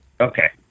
Okay